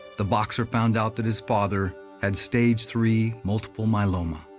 the boxer found out that his father had stage three multiple myeloma,